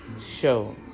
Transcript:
Show